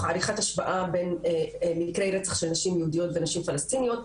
עריכת השוואה בין מקרי רצח של נשים יהודיות ונשים פלשתינאיות,